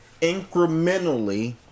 incrementally